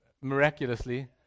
miraculously